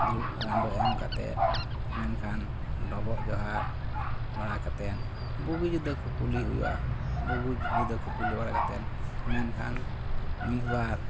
ᱫᱩᱲᱩᱵ ᱜᱟᱰᱳ ᱮᱢ ᱠᱟᱛᱮᱫ ᱢᱮᱱᱠᱷᱟᱱ ᱰᱚᱵᱚᱜᱼᱡᱚᱦᱟᱨ ᱵᱟᱲᱟ ᱠᱟᱛᱮᱱ ᱵᱩᱜᱤ ᱡᱩᱫᱟᱹ ᱠᱩᱯᱩᱞᱤ ᱦᱩᱭᱩᱜᱼᱟ ᱵᱩᱜᱤ ᱡᱩᱫᱟᱹ ᱠᱩᱯᱩᱞᱤ ᱵᱟᱲᱟ ᱠᱟᱛᱮᱫ ᱢᱮᱱᱠᱷᱟᱱ ᱢᱤᱫᱼᱵᱟᱨ